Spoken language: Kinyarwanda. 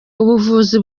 ubuvuzi